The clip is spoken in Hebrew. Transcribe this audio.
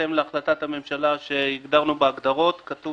בהתאם להחלטת הממשלה שהגדרנו בהגדרות כתוב